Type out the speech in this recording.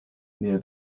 near